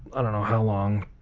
i don't know how long,